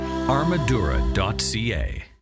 armadura.ca